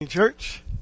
Church